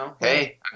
Hey